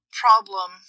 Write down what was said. problem